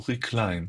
אורי קליין,